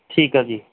ਠੀਕ ਆ ਜੀ